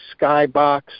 skybox